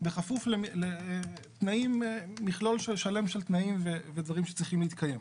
בכפוף למכלול שלם של תנאים ודברים שצריכים להתקיים.